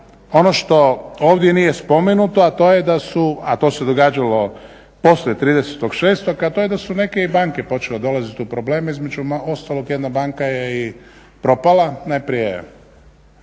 ono što ovdje nije spomenuto a to je da su, a to se događalo poslije 30.06., to je da su neke i banke počele dolaziti u probleme. Između ostalog jedna banka je i propala i to je